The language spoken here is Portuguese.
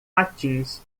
patins